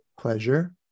pleasure